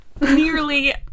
nearly